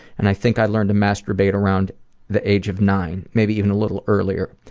and i think i learned to masturbate around the age of nine, maybe even a little earlier.